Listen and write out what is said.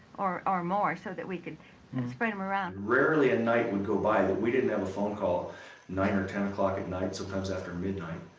or or more so that we could spread them around. rarely a night would go by that we didn't have a phone call nine or ten o'clock at night, sometimes after midnight.